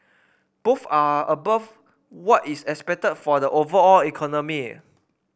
both are above what is expected for the overall economy